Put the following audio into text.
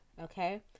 okay